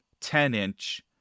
10-inch